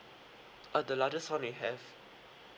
uh the largest [one] we have